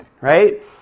right